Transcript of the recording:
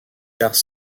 cars